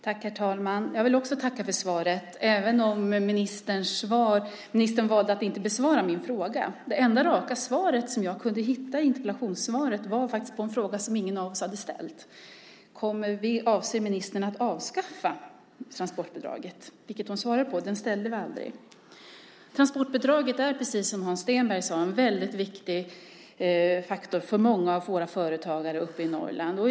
Herr talman! Jag vill också tacka för svaret även om ministern valde att inte besvara min fråga. Det enda raka svaret som jag kunde hitta i interpellationssvaret var faktiskt på en fråga som ingen av oss ställde. Avser ministern att avskaffa transportbidraget? Det svarade hon på, men den ställde vi aldrig. Transportbidraget är, precis som Hans Stenberg sade, en väldigt viktig faktor för många av våra företagare uppe i Norrland.